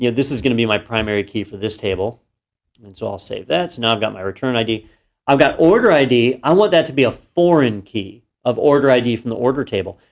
yeah this is gonna be my primary key for this table and so i'll save that, so now i've got my returnid. i've got order id, i want that to be a foreign key of order id from the order table.